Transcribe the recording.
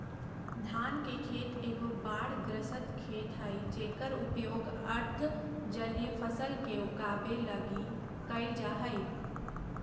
धान के खेत एगो बाढ़ग्रस्त खेत हइ जेकर उपयोग अर्ध जलीय फसल के उगाबे लगी कईल जा हइ